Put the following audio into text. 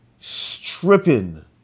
stripping